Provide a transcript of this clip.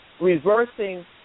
reversing